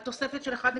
מדובר על תוספת של 1.6,